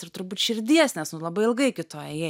ir turbūt širdies nes nu labai ilgai iki to ėjai